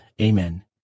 Amen